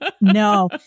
no